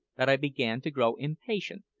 that i began to grow impatient,